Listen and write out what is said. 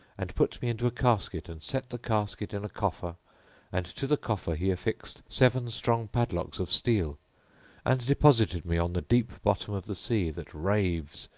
and put me into a casket and set the casket in a coffer and to the coffer he affixed seven strong padlocks of steel and deposited me on the deep bottom of the sea that raves,